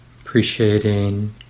appreciating